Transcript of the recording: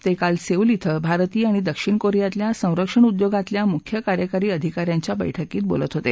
ते काल सेऊल िंग भारतीय आणि दक्षिण कोरियातल्या संरक्षण उद्योगातल्या मुख्य कार्यकारी अधिका यांच्या बैठकीत बोलत होते